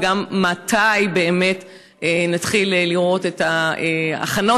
וגם מתי באמת נתחיל לראות את ההכנות